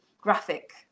graphic